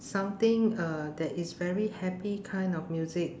something uh that is very happy kind of music